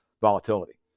volatility